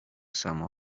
samo